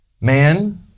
Man